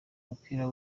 umupira